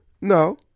No